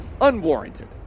unwarranted